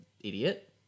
idiot